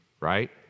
right